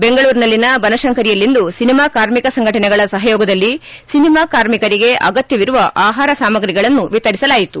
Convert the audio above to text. ಬೆಂಗಳೂರಿನಲ್ಲಿನ ಬನಶಂಕರಿಯಲ್ಲಿಂದು ಸಿನಿಮಾ ಕಾರ್ಮಿಕ ಸಂಘಟನೆಗಳ ಸಹಯೋಗದಲ್ಲಿ ಸಿನಿಮಾ ಕಾರ್ಮಿಕರಿಗೆ ಅಗತ್ತವಿರುವ ಆಹಾರ ಸಾಮಗ್ರಿಗಳನ್ನು ವಿತರಿಸಲಾಯಿತು